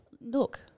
look